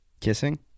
kissing